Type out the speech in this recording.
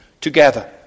together